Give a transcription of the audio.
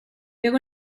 per